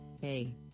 hey